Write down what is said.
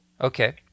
Okay